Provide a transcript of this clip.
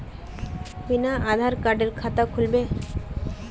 बिना आधार कार्डेर खाता खुल बे?